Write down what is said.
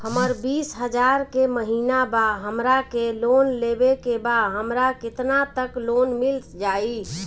हमर बिस हजार के महिना बा हमरा के लोन लेबे के बा हमरा केतना तक लोन मिल जाई?